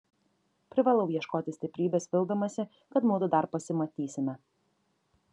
privalau ieškoti stiprybės vildamasi kad mudu dar pasimatysime